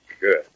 Good